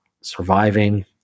surviving